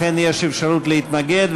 לכן יש אפשרות להתנגד,